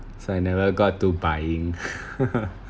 so I never got to buying